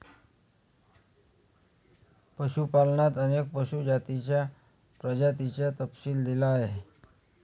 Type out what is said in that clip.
पशुपालनात अनेक पशु जातींच्या प्रजातींचा तपशील दिला आहे